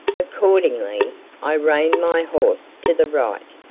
accordingly i reined my horse to the right,